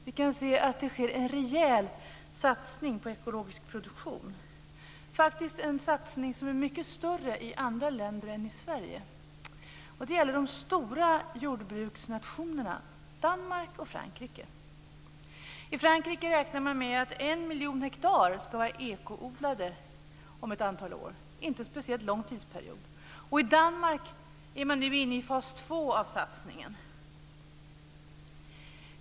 Vi kan se att det sker en rejäl satsning på ekologisk produktion - faktiskt en satsning som är mycket större i andra länder än i Sverige. Det gäller de stora jordbruksnationerna Danmark och Frankrike. I Frankrike beräknar man att en miljon hektar ska vara ekoodlad om ett antal år - en inte speciellt lång tidsperiod. I Danmark är man nu inne i fas 2 av satsningen.